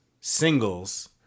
singles